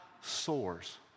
soars